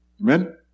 Amen